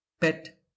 pet